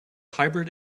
hybrid